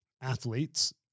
athletes